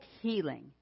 healing